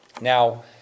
Now